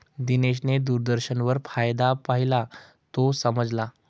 दिनेशने दूरदर्शनवर फायदा पाहिला, तो समजला